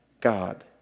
God